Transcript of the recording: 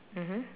mmhmm